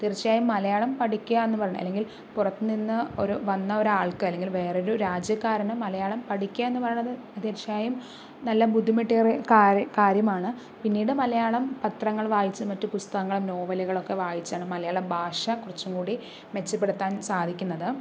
തീര്ച്ചയായും മലയാളം പഠിക്കുക എന്ന് പറഞ്ഞിട്ടുണ്ടെങ്കില് അല്ലെങ്കില് പുറത്തു നിന്ന് ഒരു വന്ന ഒരാള്ക്ക് അല്ലെങ്കില് വേറൊരു രാജ്യക്കാരന് മലയാളം പഠിക്കുക എന്ന് പറയണത് തീര്ച്ചയായും നല്ല ബുദ്ധിമുട്ടേറിയ കാര്യ കാര്യമാണ് പിന്നീട് മലയാളം പത്രങ്ങള് വായിച്ച് മറ്റു പുസ്തകങ്ങളും നോവലുകളൊക്കെ വായിച്ചാണ് മലയാള ഭാഷ കുറച്ചുകൂടി മെച്ചപ്പെടുത്താന് സാധിക്കുന്നത്